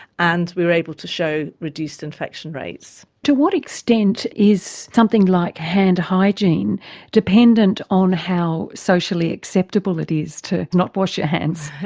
and we were able to show reduced infection rates. to what extent is something like hand hygiene dependent on how socially acceptable it is to not wash your hands?